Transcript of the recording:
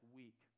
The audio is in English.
week